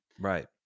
Right